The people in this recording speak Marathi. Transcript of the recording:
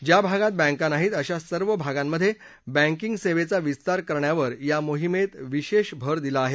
ज्या भागात बँका नाहीत अशा सर्व भागांमधे बँकींग सेवेचा विस्तार करण्यावर या मोहिमेत विशेष भर दिला आहे